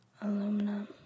Aluminum